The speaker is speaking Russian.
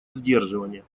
сдерживания